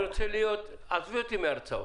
עזבי אותי מהרצאות.